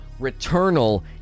Returnal